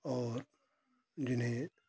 और जिन्हें